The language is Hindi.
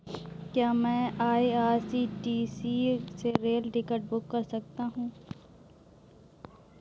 क्या मैं आई.आर.सी.टी.सी से रेल टिकट बुक कर सकता हूँ?